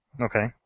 Okay